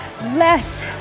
less